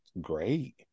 great